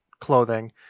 clothing